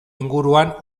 inguruan